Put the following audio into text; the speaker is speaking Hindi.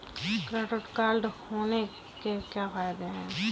क्रेडिट कार्ड होने के क्या फायदे हैं?